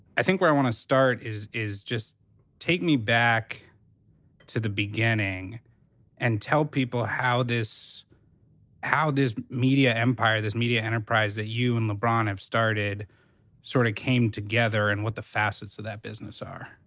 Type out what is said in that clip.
i think where i want to start is is just take me back to the beginning and tell people how this how this media empire, this media enterprise that you and lebron have started sort of came together and what the facets of that business are.